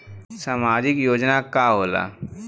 सामाजिक योजना का होला?